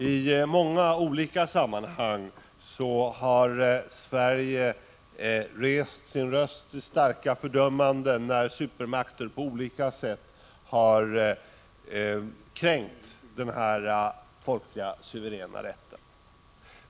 I många olika sammanhang har Sverige höjt sin röst till starka fördömanden när supermakter på olika sätt har kränkt denna folkens suveräna rätt.